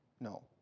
no